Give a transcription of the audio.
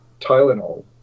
Tylenol